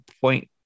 point